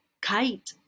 kite